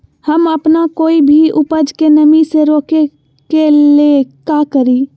हम अपना कोई भी उपज के नमी से रोके के ले का करी?